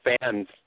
fans